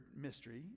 mystery